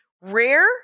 rare